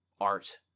art